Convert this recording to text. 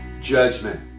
judgment